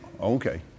okay